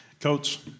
Coach